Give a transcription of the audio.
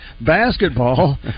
basketball